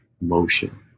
motion